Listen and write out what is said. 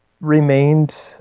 remained